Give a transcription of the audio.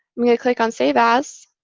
i'm going to click on save as.